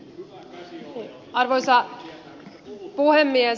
arvoisa puhemies